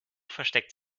versteckt